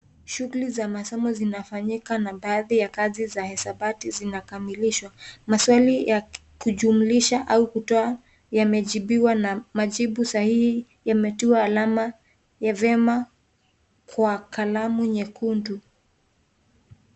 Shughuli za masomo zinafanyika na baadhi ya kazi za hisabati zinakamilishwa. Maswali ya kujumulisha au kutoa yamejibiwa na majibu sahihi yametiwa alama ya vema kwa kalamu nyekundu.